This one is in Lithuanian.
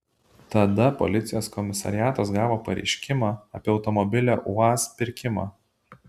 tada policijos komisariatas gavo pareiškimą apie automobilio uaz pirkimą